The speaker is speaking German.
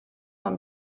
man